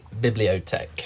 Bibliotech